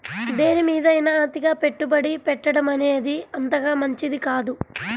దేనిమీదైనా అతిగా పెట్టుబడి పెట్టడమనేది అంతగా మంచిది కాదు